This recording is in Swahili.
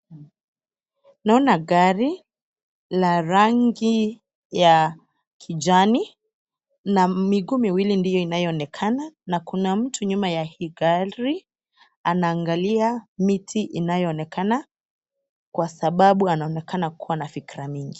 Naona gari la rangi ya kijani na miguu miwili ndiyo inayoonekana na kuna mtu nyuma ya hii gari. Anaangalia miti inayoonekana kwa sababu anaonekana kuwa na fikra mingi.